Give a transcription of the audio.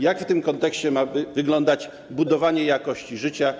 Jak w tym kontekście ma wyglądać budowanie jakości życia?